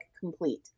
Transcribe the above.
complete